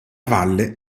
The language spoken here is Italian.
valle